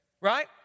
Right